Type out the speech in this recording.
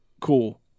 cool